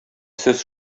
сез